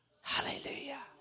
Hallelujah